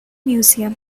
museum